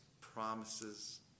promises